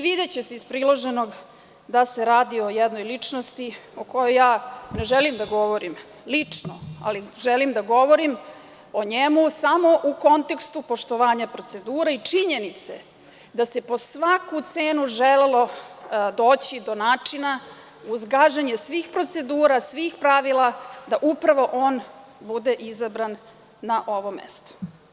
Videće se iz priloženog da se radi o jednoj ličnosti o kojoj ja ne želim da govorim lično, ali želim da govorim o njemu samo u kontekstu poštovanja procedure i činjenice da se po svaku cenu želelo doći do načina uz gaženje svih procedura, svih pravila, da upravo on bude izabran na ovo mestu.